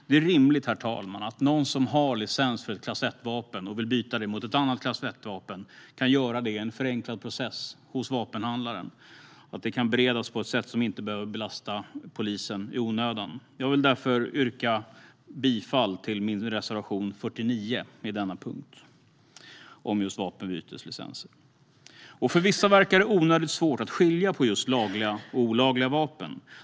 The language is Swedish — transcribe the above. Det är rimligt, herr talman, att någon som har licens för ett klass 1-vapen och som vill byta det mot ett annat klass 1-vapen kan göra det i en förenklad process hos vapenhandlaren och att det kan beredas på ett sätt som inte behöver belasta polisen i onödan. Jag vill därför yrka bifall till min reservation 49 under punkten om just vapenbyteslicenser. För vissa verkar det onödigt svårt att skilja på lagliga och olagliga vapen.